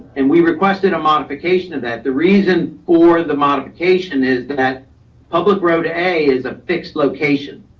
and we requested a modification of that. the reason for the modification is that public road a is a fixed location.